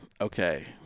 okay